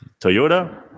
Toyota